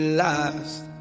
last